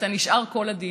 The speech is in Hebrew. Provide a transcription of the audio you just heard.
שאתה נשאר כל הדיון,